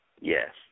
Yes